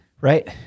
Right